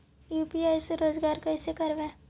UPI से रोजगार कैसे करबय?